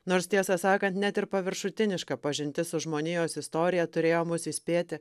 nors tiesą sakant net ir paviršutiniška pažintis su žmonijos istorija turėjo mus įspėti